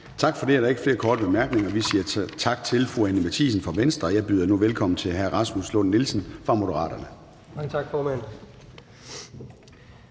Tak for det. Der er ikke flere korte bemærkninger. Vi siger tak til fru Anni Matthiesen fra Venstre. Jeg byder nu velkommen til hr. Rasmus Lund-Nielsen fra Moderaterne. Kl.